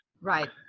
Right